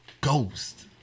Ghost